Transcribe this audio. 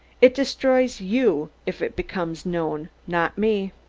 it destroys you if it becomes known, not me!